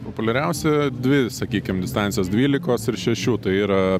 populiariausia dvi sakykim distancijos dvylikos ir šešių tai yra